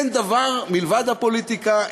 אין דבר מלבד הפוליטיקה,